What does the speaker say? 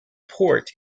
port